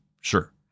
sure